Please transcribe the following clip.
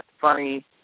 funny